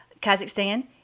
Kazakhstan